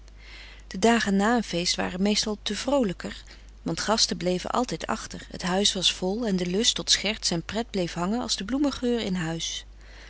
de dagen na een feest waren meestal te vroolijker want gasten bleven altijd achter het huis was vol en de lust tot scherts en pret bleef hangen als de bloemengeur in huis